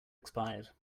expired